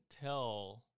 tell